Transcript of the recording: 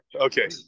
Okay